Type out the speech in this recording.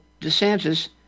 DeSantis